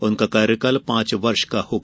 उनका कार्यकाल पांच वर्ष का होगा